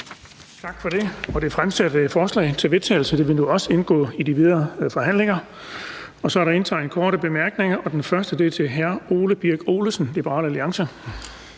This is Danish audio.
Tak for det. Det fremsatte forslag til vedtagelse vil nu også indgå i de videre forhandlinger. Så er der indtegnet ønsker om korte bemærkninger, og den første er fra hr. Ole Birk Olesen, Liberal Alliance.